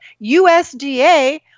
USDA –